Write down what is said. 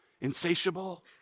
Insatiable